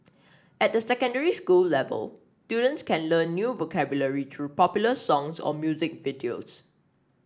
at the secondary school level students can learn new vocabulary through popular songs or music videos